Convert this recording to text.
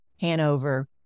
Hanover